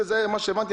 וכפי שהבנתי,